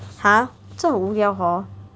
!huh! 真的很无聊 hor